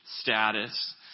status